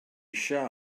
eisiau